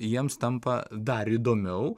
jiems tampa dar įdomiau